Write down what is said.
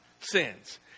sins